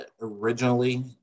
Originally